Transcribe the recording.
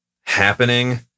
happening